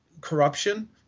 corruption